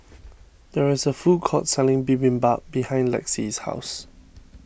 there is a food court selling Bibimbap behind Lexie's house